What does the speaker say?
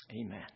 Amen